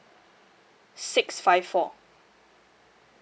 six five four